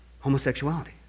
homosexuality